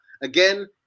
again